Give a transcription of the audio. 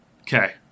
Okay